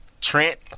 Trent